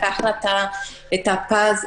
לקח לה את ה"פז",